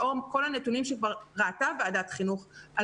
לאור כל הנתונים שכבר ראתה ועדת החינוך על